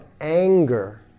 anger